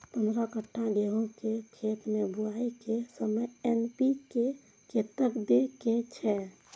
पंद्रह कट्ठा गेहूं के खेत मे बुआई के समय एन.पी.के कतेक दे के छे?